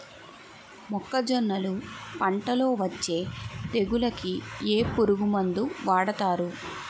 మొక్కజొన్నలు పంట లొ వచ్చే తెగులకి ఏ పురుగు మందు వాడతారు?